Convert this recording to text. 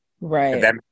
Right